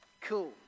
cool